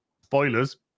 Spoilers